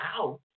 out